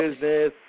business